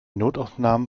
notaufnahmen